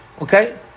Okay